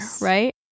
right